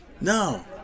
No